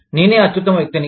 నేనే అత్యుత్తమ వ్యక్తిని